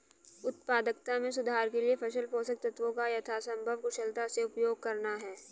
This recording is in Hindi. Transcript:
उत्पादकता में सुधार के लिए फसल पोषक तत्वों का यथासंभव कुशलता से उपयोग करना है